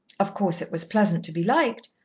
of course, it was pleasant to be liked,